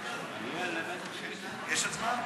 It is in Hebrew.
יש הצבעה?